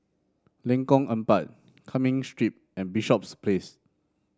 Lengkong Empat Cumming Street and Bishops Place